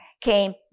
came